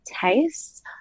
tastes